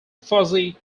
fuzzy